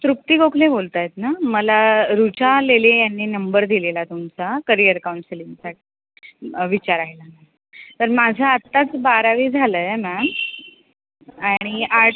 तृप्ती गोखले बोलत आहेत ना मला ऋचा लेले यांनी नंबर दिलेला तुमचा करिअर काउन्सिलिंगसाठी विचारायला तर माझं आत्ताच बारावी झालं आहे मॅम आणि आट